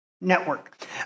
network